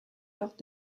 lors